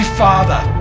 father